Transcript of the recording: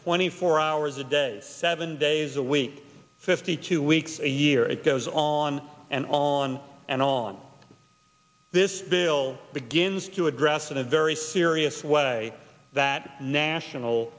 twenty four hours a day seven days a week fifty two weeks a year it goes on and on and on this bill begins to address in a very serious way that national